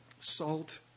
salt